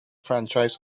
franchise